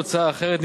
ככל הוצאה אחרת,